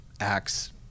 acts